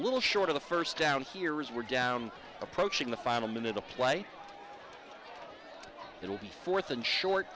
little short of the first down here is we're down approaching the final minute of play it will be fourth and short